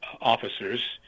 officers